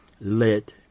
let